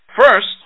First